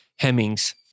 Hemings